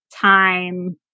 time